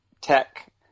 tech